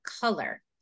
color